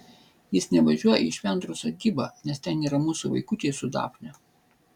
jis nevažiuoja į švendrų sodybą nes ten yra mūsų vaikučiai su dafne